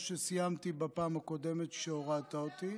שסיימתי בפעם הקודמת שהורדת אותי.